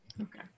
Okay